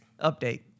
update